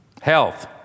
Health